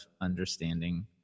understanding